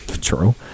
true